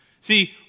See